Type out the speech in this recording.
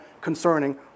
concerning